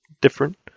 different